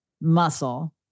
muscle